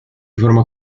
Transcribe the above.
forma